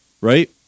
Right